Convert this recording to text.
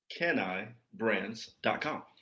Canibrands.com